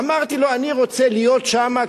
אמרתי: אני רוצה להיות שם,